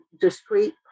discrete